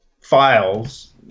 files